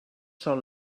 són